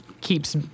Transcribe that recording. keeps